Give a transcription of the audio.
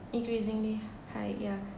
increasingly high yeah